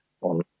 on